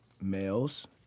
males